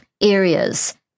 areas